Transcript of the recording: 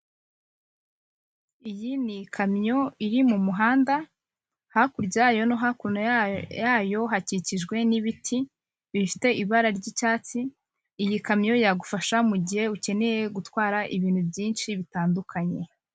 Iyi ni ikamyo iri mu muhanda hakurya yayo no hakuno yayo hakikijwe n'ibiti bifite ibara ry'icyatsi, iyi kamyo yagufasha mugihe ukeneye gutwara ibintu byinshi bitandukanye.